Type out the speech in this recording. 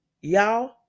y'all